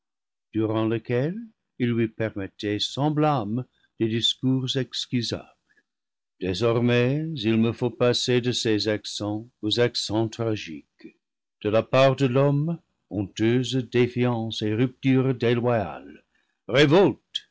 durant lequel ils lui permettaient sans blâme des discours excusables désormais il me faut passer de ces accents aux accents tragiques de la part de l'homme honteuse défiance et rupture déloyale révolte